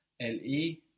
L-E